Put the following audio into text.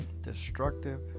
destructive